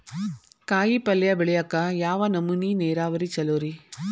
ಕಾಯಿಪಲ್ಯ ಬೆಳಿಯಾಕ ಯಾವ ನಮೂನಿ ನೇರಾವರಿ ಛಲೋ ರಿ?